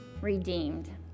redeemed